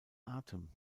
atem